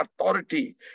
authority